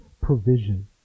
provision